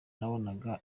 nabonaga